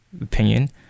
opinion